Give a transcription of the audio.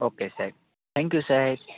okay સાહેબ thank you સાહેબ